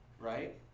right